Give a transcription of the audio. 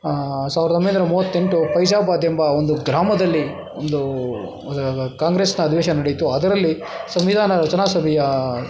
ಸಾವಿರ್ದ ಒಂಬೈನೂರ ಮೂವತ್ತೆಂಟು ಫೈಜಾಬಾದ್ ಎಂಬ ಒಂದು ಗ್ರಾಮದಲ್ಲಿ ಒಂದು ಕಾಂಗ್ರೆಸ್ನ ಅಧಿವೇಶನ ನಡೆಯಿತು ಅದರಲ್ಲಿ ಸಂವಿಧಾನ ರಚನಾ ಸಭೆಯ